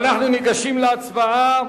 אנחנו ניגשים להצבעה.